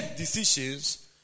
decisions